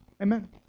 Amen